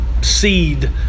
seed